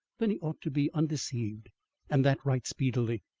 then he ought to be undeceived and that right speedily.